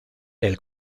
del